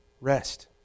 Rest